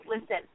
listen –